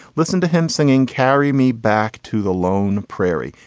listen to him singing carry me back to the lone prairie.